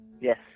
Yes